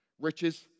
Riches